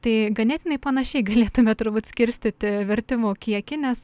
tai ganėtinai panašiai galėtume turbūt skirstyti vertimų kiekį nes